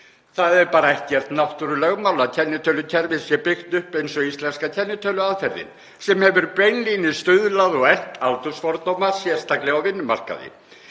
Það er bara ekkert náttúrulögmál að kennitölukerfið sé byggt upp eins og íslenska kennitöluaðferðin, sem hefur beinlínis stuðlað að og eflt aldursfordóma, sérstaklega á vinnumarkaði.